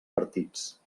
partits